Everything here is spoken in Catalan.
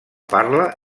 parla